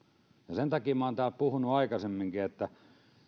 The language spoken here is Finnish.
sen takia minä olen täällä puhunut aikaisemminkin tästä että